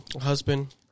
husband